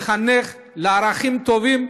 לחנך לערכים טובים,